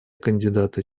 кандидаты